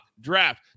draft